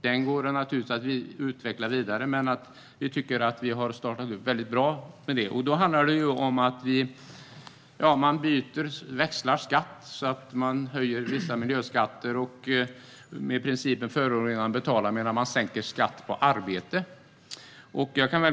Den går naturligtvis att utveckla vidare, men vi tycker att vi har startat upp väldigt bra med detta. Det handlar om att växla skatt så att man höjer vissa miljöskatter enligt principen förorenaren betalar, medan man sänker skatt på arbete.